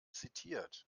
zitiert